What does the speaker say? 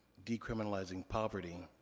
decriminalizing poverty,